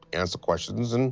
answer questions. and